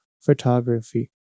photography